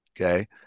okay